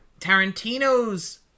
Tarantino's